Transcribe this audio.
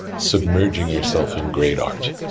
submerging yourself in great art,